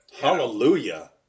Hallelujah